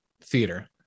theater